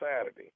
Saturday